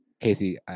Casey